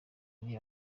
ari